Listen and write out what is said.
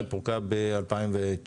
היא פורקה ב-2019.